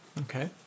okay